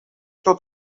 tot